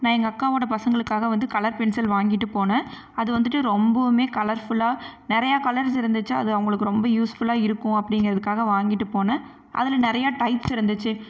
நான் எங்கள் அக்காவோட பசங்களுக்காக வந்து கலர் பென்சில் வாங்கிகிட்டு போனேன் அது வந்துவிட்டு ரொம்பவுமே கலர் ஃபுல்லாக நிறையா கலர்ஸ் இருந்துச்சு அது அவங்களுக்கு ரொம்ப யூஸ் ஃபுல்லாக இருக்கும் அப்படிங்கிறதுக்காக வாங்கிகிட்டு போனேன் அதில் நிறையா டைப்ஸ் இருந்துச்சு